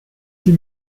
sie